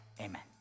Amen